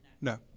No